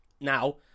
Now